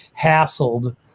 hassled